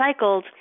recycled